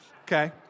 okay